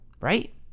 Right